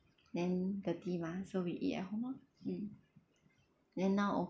then dirty mah so we eat at home orh mm then now